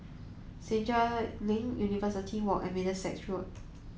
Senja Link University Walk and Middlesex Road